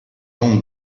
home